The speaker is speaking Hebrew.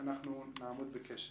אנחנו נעמוד בקשר.